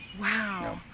Wow